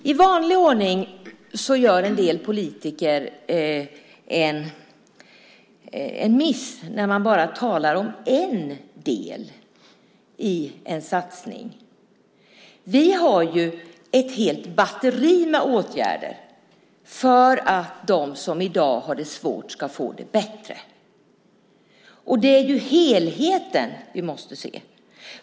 Fru talman! I vanlig ordnig gör en del politiker en miss när man bara talar om en del i en satsning. Vi har ju ett helt batteri med åtgärder för att de som i dag har det svårt ska få det bättre. Det är ju helheten vi måste se.